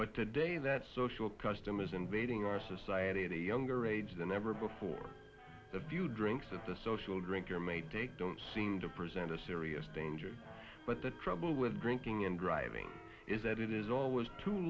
but today that social custom is invading our society at a younger age than ever before the few drinks of the social drinker made don't seem to present a serious danger but the trouble with drinking and driving is that it is always too